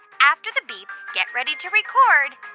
after the beep, get ready to record